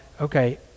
okay